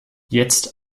jetzt